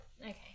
okay